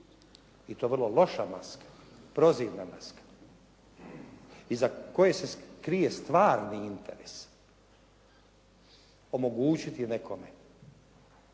i to vrlo loša maska, prozirna maska iza koje se krije stvarni interes, omogućiti nekome